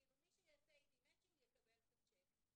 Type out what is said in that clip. מי שיעשה איתי matching יקבל את הצ'ק.